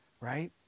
right